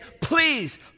please